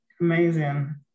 Amazing